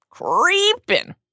creeping